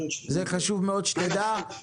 חשוב שתדע את זה.